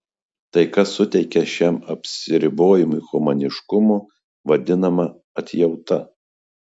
tai kas suteikia šiam atsiribojimui humaniškumo vadinama atjauta